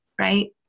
Right